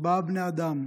ארבעה בני אדם: